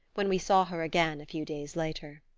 when we saw her again a few days later.